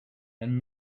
and